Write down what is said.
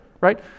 right